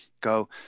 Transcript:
go